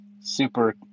super